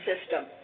system